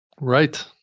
Right